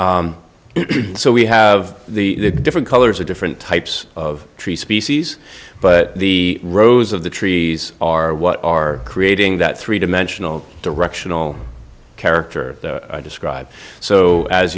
e so we have the different colors of different types of tree species but the rows of the trees are what are creating that three dimensional directional character described so as